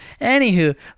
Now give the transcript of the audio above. Anywho